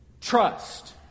Trust